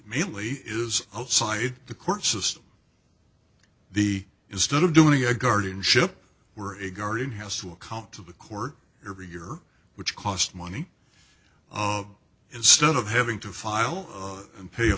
mainly is outside the court system the instead of doing a guardianship we're regarding has to account to the court every year which cost money of instead of having to file and pay a